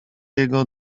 jego